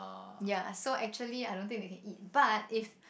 yeah so actually I don't think they can eat but if